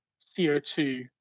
CO2